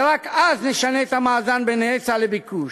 רק אז נשנה את המאזן בין היצע לביקוש.